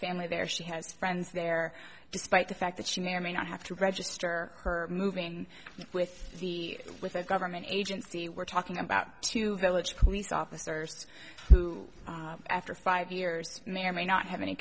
family there she has friends there despite the fact that she may or may not have to register her moving with the with a government agency we're talking about two village police officers who after five years may or may not have any